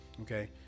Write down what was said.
Okay